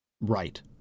right